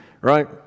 right